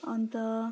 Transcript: अन्त